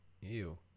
ew